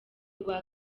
rwa